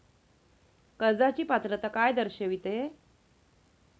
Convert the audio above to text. कर्जाची पात्रता काय दर्शविते?